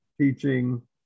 teaching